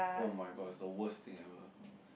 oh-my-god it's the worst thing ever